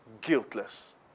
guiltless